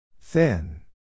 Thin